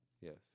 Yes